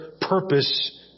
purpose